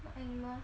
what animal